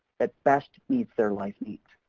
that best meets their life needs.